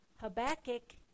Habakkuk